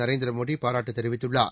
நரேந்திரமோடிபாராட்டுத் தெரிவித்துள்ளார்